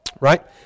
right